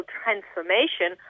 transformation